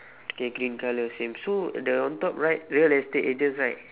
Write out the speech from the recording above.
okay green colour same so the on top write real estate agents right